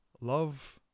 love